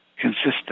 consistent